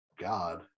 God